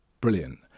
brilliant